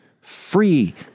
free